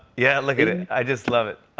yeah, look at it. i just love it.